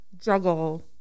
juggle